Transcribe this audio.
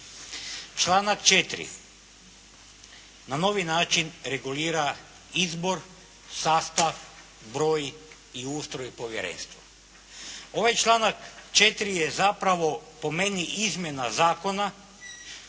Članak 4. na novi način regulira izbor, sastav, broj i ustroj povjerenstva. Ovaj članak 4. je zapravo po meni izmjena zakona